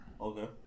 Okay